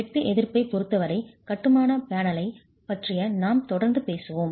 வெட்டு எதிர்ப்பைப் பொறுத்தவரை கட்டுமான பேனலைப் பற்றி நாம் தொடர்ந்து பேசுவோம்